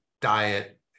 diet